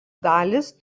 dalys